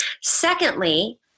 Secondly